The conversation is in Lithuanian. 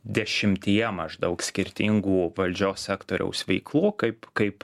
dešimtyje maždaug skirtingų valdžios sektoriaus veiklų kaip kaip